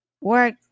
Work